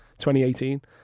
2018